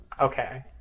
Okay